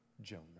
Jonah